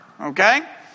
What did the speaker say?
Okay